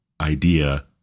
idea